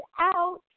out